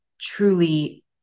truly